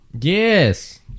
Yes